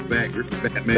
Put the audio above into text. Batman